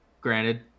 granted